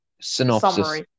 synopsis